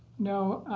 no.